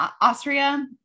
Austria